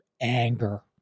anger